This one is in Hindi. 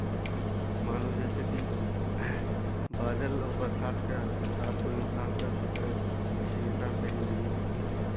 मानों जैसे की बादल और बरसात का सात हो इंसान का उसी तरह से बरिस इंसान का जिंदगी है